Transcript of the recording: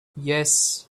yes